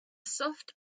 soft